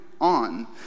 on